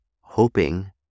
hoping